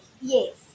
yes